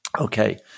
Okay